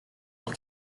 pour